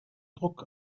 druck